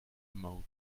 mode